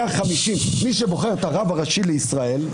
מי שבוחר את הרב הראשי לישראל,